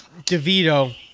DeVito